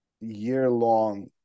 year-long